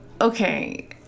okay